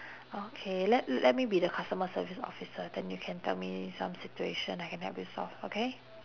okay let let me be the customer service officer then you can tell me some situation I can help you solve okay